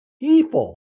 people